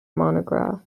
monograph